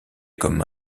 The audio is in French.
comme